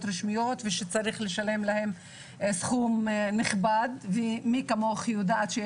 רשמיות ושצריך לשלם להם סכום נכבד ומי כמוך יודעת את זה,